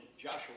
Joshua